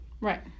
Right